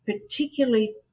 particularly